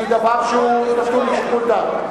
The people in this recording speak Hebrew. שהיא דבר שנתון לשיקול דעת.